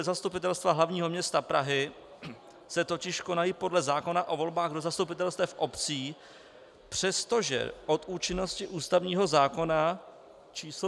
Zastupitelstva hlavního města Prahy se totiž konají podle zákona o volbách do zastupitelstev obcí, přestože od účinnosti ústavního zákona číslo 347